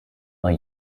are